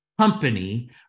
company